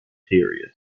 period